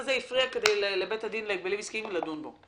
הזה הפריע לבית הדין להגבלים עסקיים לדון בו.